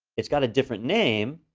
it's got a different name,